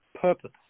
purpose